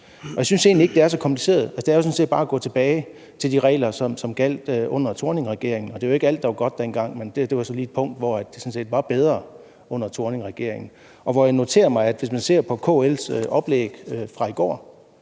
Jeg synes egentlig ikke, det er så kompliceret. Altså, det er jo sådan set bare at gå tilbage til de regler, som gjaldt under Thorningregeringen. Det var ikke alt, der var godt dengang, men det her er så lige et punkt, hvor det sådan set var bedre under Thorningregeringen. Jeg noterer mig, at hvis man ser på KL's oplæg fra i går,